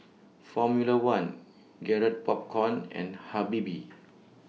Formula one Garrett Popcorn and Habibie